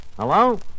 Hello